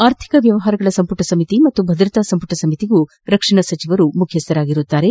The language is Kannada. ಆರ್ಥಿಕ ವ್ಲವಹಾರಗಳ ಸಂಪುಟ ಸಮಿತಿ ಹಾಗೂ ಭದ್ರತಾಸಂಪುಟ ಸಮಿತಿಗೆ ರಕ್ಷಣಾ ಸಚಿವರು ಮುಖ್ಯಸ್ಥರಾಗಿರುತ್ತಾರೆ